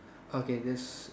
okay this